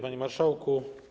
Panie Marszałku!